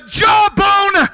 jawbone